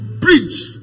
preach